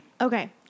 Okay